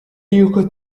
y’uko